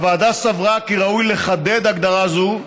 הוועדה סברה כי ראוי לחדד הגדרה זו,